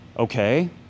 Okay